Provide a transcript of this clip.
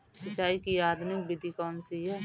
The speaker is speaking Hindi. सिंचाई की आधुनिक विधि कौनसी हैं?